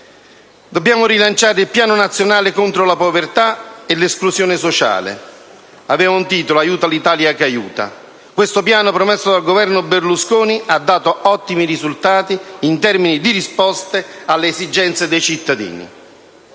dobbiamo rilanciare il Piano nazionale contro la povertà e l'esclusione sociale, denominato «Aiuta l'Italia che aiuta». Tale piano, promosso dal Governo Berlusconi IV, ha dato ottimi risultati in termini di risposta alle esigenze dei cittadini.